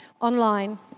online